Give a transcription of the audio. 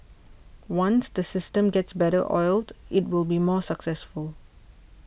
once the system gets better oiled it will be more successful